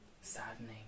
saddening